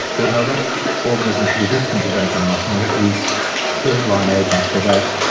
well, no, that organism is resistant to vancomycin, we have to use third-line agents for that.